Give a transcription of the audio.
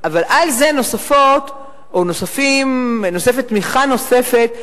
אבל על זה נוספת תמיכה נוספת,